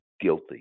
guilty